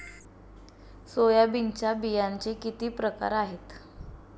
सोयाबीनच्या बियांचे किती प्रकार आहेत?